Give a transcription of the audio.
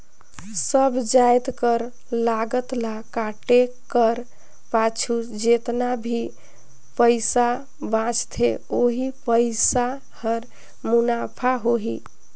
सब जाएत कर लागत ल काटे कर पाछू जेतना भी पइसा बांचथे ओही पइसा हर मुनाफा होही